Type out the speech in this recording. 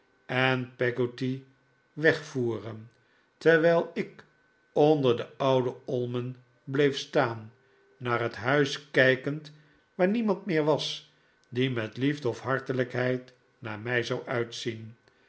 en peggotty wegvoeren terwijl ik onder de oude olmen bleef staan naar het huis kijkend waar niemand meer was die met liefde of hartelijkheid naar mij zou uitzien